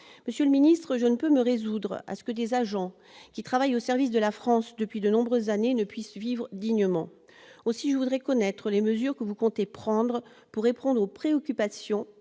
Monsieur le secrétaire d'État, je ne peux me résoudre à ce que des agents qui travaillent au service de la France depuis de nombreuses années ne puissent vivre dignement. Aussi, je voudrais connaître les mesures que vous comptez prendre pour répondre aux préoccupations